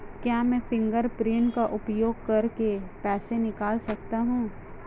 क्या मैं फ़िंगरप्रिंट का उपयोग करके पैसे निकाल सकता हूँ?